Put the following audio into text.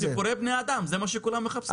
סיפורי בני אדם זה מה שכולם מחפשים.